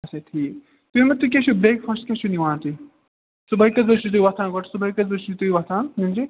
آچھا ٹھیٖک تُہۍ ؤنِو تُہۍ کیٛاہ چھُو برٛیک فاسٹہٕ کیٛاہ چھُو نِوان تُہۍ صُبحٲے کٔژِ بَجہِ چھُو تُہۍ وۄتھان گۄڈٕ صُبحٲے کٔژِ بَجہِ چھُو تُہۍ وۄتھان نِنٛدرِ